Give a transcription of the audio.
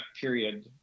period